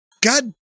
God